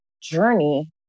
journey